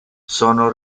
sono